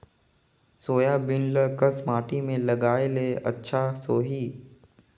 Soybean ल कस माटी मे लगाय ले अच्छा सोही?